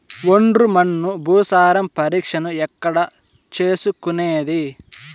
ఒండ్రు మన్ను భూసారం పరీక్షను ఎక్కడ చేసుకునేది?